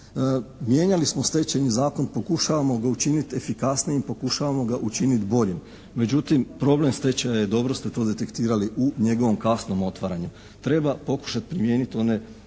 Mijenjali smo Stečajni zakon, pokušavamo ga učiniti efikasnijim, pokušavamo ga učiniti boljim. Međutim, problem stečaja je dobro ste to detektirali u njegovom kasnom otvaranju. Treba pokušati primijeniti one